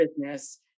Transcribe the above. business